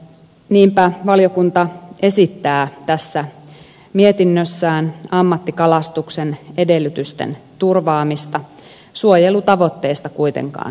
niinpä valiokunta esittää tässä mietinnössään ammattikalastuksen edellytysten turvaamista suojelutavoitteesta kuitenkaan tinkimättä